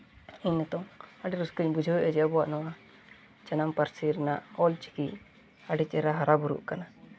ᱤᱧ ᱱᱤᱛᱚᱝ ᱟᱹᱰᱤ ᱨᱟᱹᱥᱠᱟᱹᱧ ᱵᱩᱡᱷᱟᱹᱣᱮᱜᱼᱟ ᱡᱮ ᱟᱵᱚᱣᱟᱜ ᱱᱚᱣᱟ ᱡᱟᱱᱟᱢ ᱯᱟᱹᱨᱥᱤ ᱨᱮᱱᱟᱜ ᱚᱞ ᱪᱤᱠᱤ ᱟᱹᱰᱤ ᱪᱮᱦᱨᱟ ᱦᱟᱨᱟᱼᱵᱩᱨᱩᱜ ᱠᱟᱱᱟ